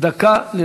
אם כן,